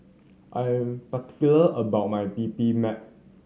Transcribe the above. I am particular about my